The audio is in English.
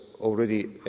already